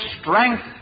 strength